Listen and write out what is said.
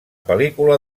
pel·lícula